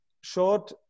short